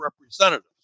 Representatives